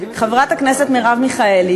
חברת הכנסת מרב מיכאלי,